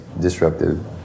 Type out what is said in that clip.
disruptive